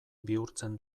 bihurtzen